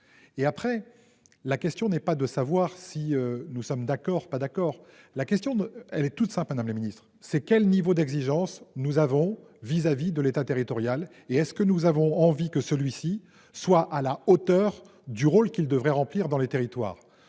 Et après, la question n'est pas de savoir si nous sommes d'accord, pas d'accord. La question de. Elle est toute simple dans le ministres c'est quel niveau d'exigence. Nous avons vis-à-vis de l'État, territoriale et est-ce que nous avons envie que celui-ci soit à la hauteur du rôle qu'il devrait remplir dans les territoires.